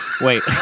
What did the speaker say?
Wait